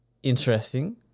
Interesting